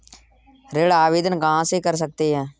ऋण आवेदन कहां से कर सकते हैं?